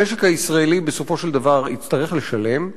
המשק הישראלי בסופו של דבר יצטרך לשלם,